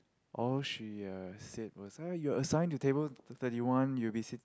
all she uh said was uh you are assigned to table thirty one you'll be sit